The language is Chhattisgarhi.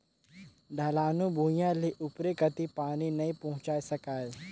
ढलानू भुइयां ले उपरे कति पानी नइ पहुचाये सकाय